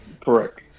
Correct